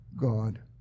God